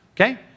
Okay